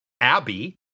Abby